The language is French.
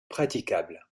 praticable